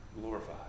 Glorified